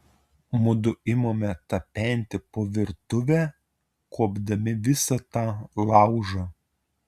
mudu imame tapenti po virtuvę kuopdami visą tą laužą